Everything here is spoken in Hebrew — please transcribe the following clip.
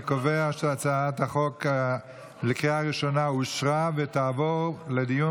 אני קובע שהצעת החוק אושרה בקריאה ראשונה ותעבור לדיון